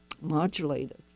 modulated